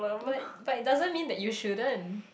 but but it doesn't mean that you shouldn't